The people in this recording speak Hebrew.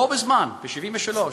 בו בזמן, ב-1973,